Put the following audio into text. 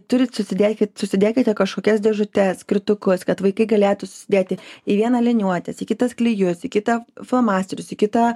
turit susidėkit susidėkite kažkokias dėžutes skirtukus kad vaikai galėtų susidėti į vieną liniuotes į kitas klijus į kitą flomasterius į kitą